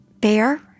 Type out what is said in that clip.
Bear